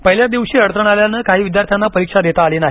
पहिल्याच दिवशी अडचण आल्यानं काही विद्यार्थ्यांना परीक्षा देता आली नाही